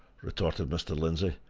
retorted mr. lindsey,